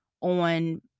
on